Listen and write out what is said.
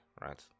right